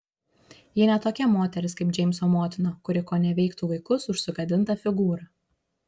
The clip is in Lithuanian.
ji ne tokia moteris kaip džeimso motina kuri koneveiktų vaikus už sugadintą figūrą